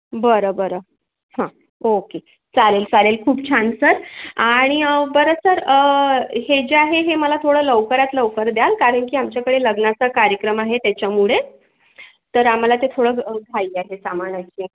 बरं बरं हां ओके चालेल चालेल खूप छान सर आणि बरं सर हे जे आहे हे मला थोड्या लवकरात लवकर द्याल कारण की आमच्याकडे लग्नाचा कार्यक्रम आहे त्याच्यामुळे तर आम्हाला ते थोडं पाहिजे हे सामान आणखी